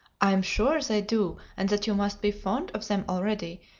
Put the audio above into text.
i am sure they do, and that you must be fond of them already,